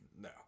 no